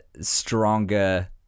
stronger